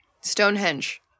Stonehenge